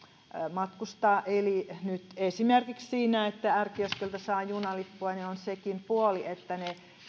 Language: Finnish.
matkustetaan eli nyt esimerkiksi siinä että r kioskilta saa junalippuja on sekin puoli että ne